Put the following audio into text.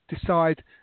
decide